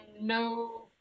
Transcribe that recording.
no